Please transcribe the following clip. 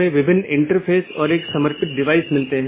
16 bit से 216 संख्या संभव है जो कि एक बहुत बड़ी संख्या है